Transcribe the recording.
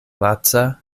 laca